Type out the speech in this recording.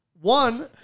one